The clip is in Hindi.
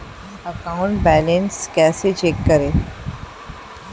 अकाउंट बैलेंस कैसे चेक करें?